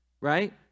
right